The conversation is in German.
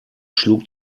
schlug